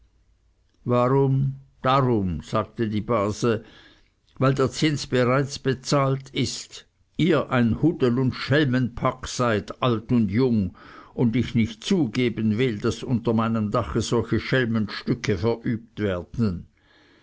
warum darum sagte die base weil der zins bereits bezahlt ist ihr ein hudel und schelmenpack seid alt und jung und ich nicht zugeben will daß unter meinem dache solche schelmenstücke verübt werden